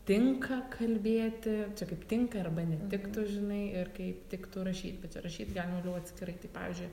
tinka kalbėti čia kaip tinka arba netiktų žinai ir kaip tiktų rašyt bet čia rašyt galima jau atskirai tai pavyzdžiui